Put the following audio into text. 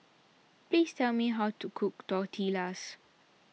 please tell me how to cook Tortillas